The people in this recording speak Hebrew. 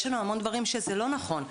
יש הרבה מקרים שזה לא נכון.